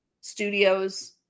Studios